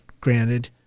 granted